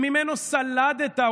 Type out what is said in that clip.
שממנו סלדת,